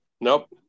Nope